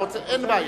אין בעיה.